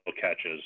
catches